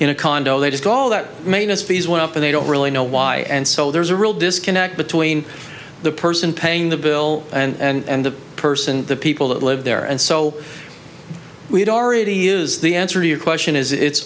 in a condo they just call that manus fees went up and they don't really know why and so there's a real disconnect between the person paying the bill and the person the people that live there and so we've already use the answer to your question is it's